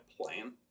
plan